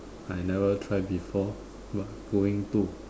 I never try before but going to